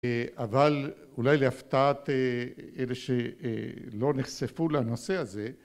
אבל אולי להפתעת אלה שלא נחשפו לנושא הזה